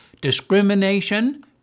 discrimination